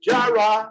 Jara